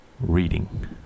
reading